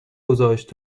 گذاشت